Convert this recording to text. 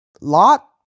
lot